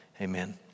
Amen